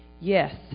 Yes